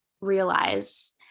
realize